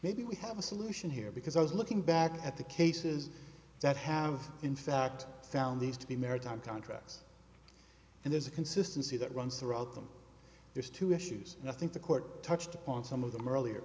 maybe we have a solution here because i was looking back at the cases that have in fact found these to be maritime contracts and there's a consistency that runs throughout them there's two issues and i think the court touched upon some of them earlier